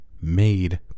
made